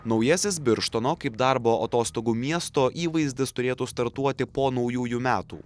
naujasis birštono kaip darbo atostogų miesto įvaizdis turėtų startuoti po naujųjų metų